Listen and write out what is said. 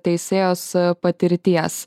teisėjos patirties